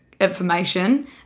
information